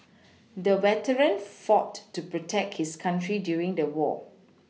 the veteran fought to protect his country during the war